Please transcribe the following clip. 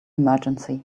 emergency